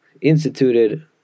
instituted